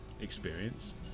experience